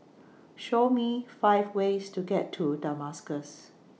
Show Me five ways to get to Damascus